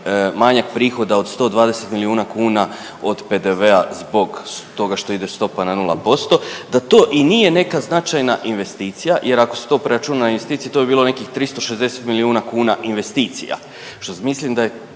manjak prihoda od 120 milijuna kuna od PDV-a zbog toga što ide stopa na 0% da to i nije neka značajna investicija jer ako se to preračuna u investiciju to bi bilo nekih 360 milijuna kuna investicija, što mislim da je